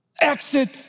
exit